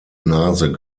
nase